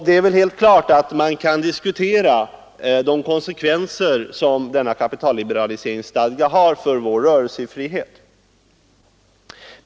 Det är väl helt klart att man kan diskutera de konsekvenser som denna kapitalliberaliseringsstadga har för vår rörelsefrihet.